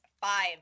five